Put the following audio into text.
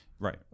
right